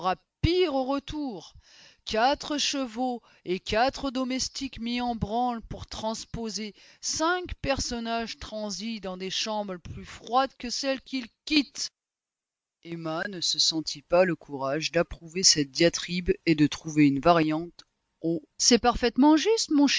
pire au retour quatre chevaux et quatre domestiques mis en branle pour transposer cinq personnages transis dans des chambres plus froides que celles qu'ils quittent emma ne se sentit pas le courage d'approuver cette diatribe et de trouver une variante au c'est parfaitement juste